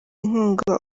inkunga